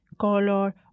color